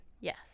Yes